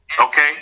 Okay